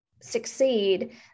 succeed